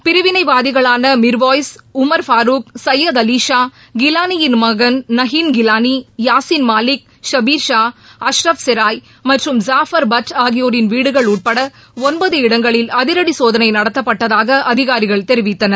பிரிவினைவாதிகளான மிா்வாய்ஸ் உமா் ஃபருக் சையது அவி ஷா கிலானியின் மகன் நஹின் கிலானி யாசீன் மாலிக் ஷபிர் ஷா அஷ்ரப் செராய் மற்றும் ஃஸாபர் பட் ஆகியோரின் வீடுகள் உட்பட ஒன்பது இடங்களில் அதிரடி சோதனை நடத்தப்பட்டதாக அதிகாரிகள் தெரிவித்தனர்